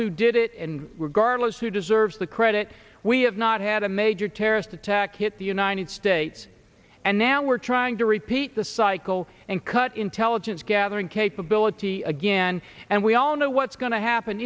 who did it and regardless who deserves the credit we have not had a major terrorist attack hit the united states and now we're trying to repeat the cycle and cut intelligence gathering capability again and we all know what's going to happen